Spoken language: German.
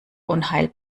unheil